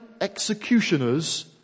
executioners